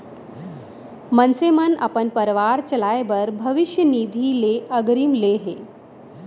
मनसे मन अपन परवार चलाए बर भविस्य निधि ले अगरिम ले हे